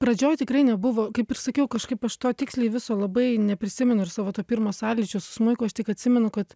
pradžioj tikrai nebuvo kaip ir sakiau kažkaip aš to tiksliai viso labai neprisimenu ir savo to pirmo sąlyčio su smuiku aš tik atsimenu kad